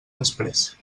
després